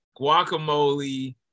guacamole